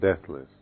deathless